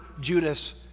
Judas